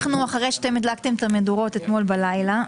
אחרי שאתם הדלקתם את המדורות אתמול בלילה,